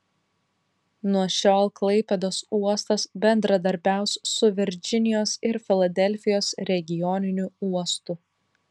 nuo šiol klaipėdos uostas bendradarbiaus su virdžinijos ir filadelfijos regioniniu uostu